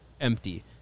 empty